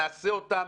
נעשה אותם